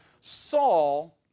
Saul